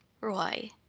Roy